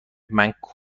کمک